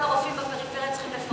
כל הרופאים בפריפריה צריכים לפחד,